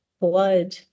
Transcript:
blood